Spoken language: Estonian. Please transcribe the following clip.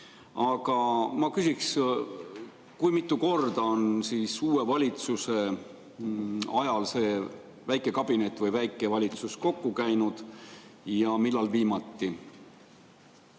Aga ma küsin nii: kui mitu korda on uue valitsuse ajal see väike kabinet või väike valitsus koos käinud ja millal viimati?